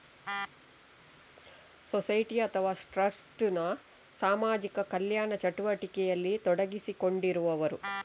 society ಅಥವಾ trust ನ ಸಾಮಾಜಿಕ ಕಲ್ಯಾಣ ಚಟುವಟಿಕೆಯಲ್ಲಿ ತೊಡಗಿಸಿಕೊಂಡಿರುವವರು